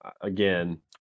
Again